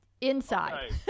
Inside